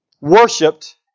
worshipped